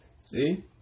See